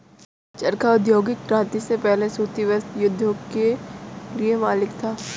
चरखा औद्योगिक क्रांति से पहले सूती वस्त्र उद्योग के लिए मौलिक था